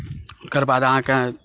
ओकर बाद अहाँकेँ